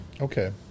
okay